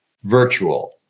virtual